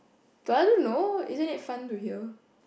but I don't know isn't it fun to hear